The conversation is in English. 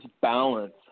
balance